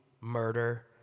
murder